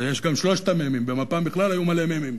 יש גם שלושת המ"מים, במפ"ם בכלל היו מלא מ"מים.